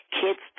Kids